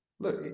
Look